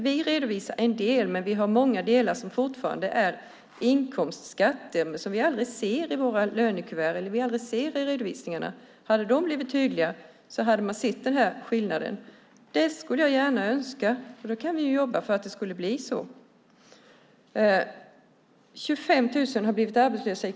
Vi redovisar en del, men det är fortfarande många delar som är inkomstskatt som vi aldrig ser i våra lönekuvert eller i redovisningarna. Om de hade varit tydliga hade vi sett skillnaden. Det skulle jag önska. Vi kan jobba för att det blir så. I kommuner och landsting har 25 000 blivit arbetslösa.